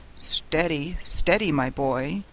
steady, steady, my boy,